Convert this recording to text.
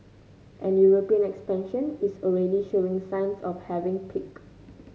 and European expansion is already showing signs of having peaked